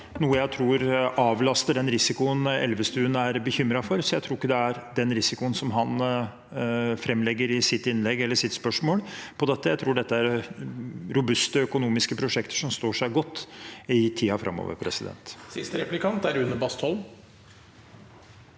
noe jeg tror avlaster den risikoen Elvestuen er bekymret for. Jeg tror ikke dette har den risikoen som han legger fram i sitt innlegg og sitt spørsmål. Jeg tror dette er robuste økonomiske prosjekter som står seg godt i tiden framover.